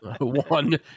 One